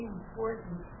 important